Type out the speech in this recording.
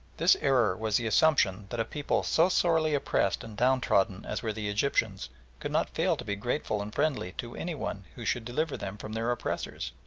this error was the assumption that a people so sorely oppressed and downtrodden as were the egyptians could not fail to be grateful and friendly to any one who should deliver them from their oppressors,